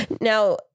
Now